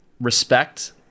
respect